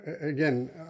Again